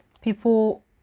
people